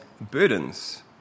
burdens